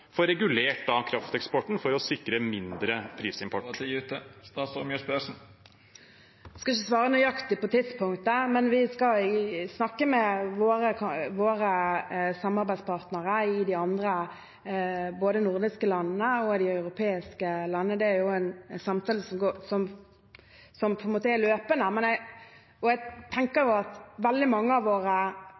for nettopp å kunne få regulert krafteksporten for å sikre mindre prisimport? Jeg skal ikke svare nøyaktig på tidspunktet, men vi skal snakke med våre samarbeidspartnere i de andre både nordiske og europeiske landene. Det er en samtale som